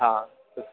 હા